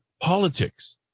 politics